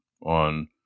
on